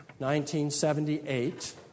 1978